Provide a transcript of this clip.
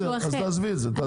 תעזבי את זה.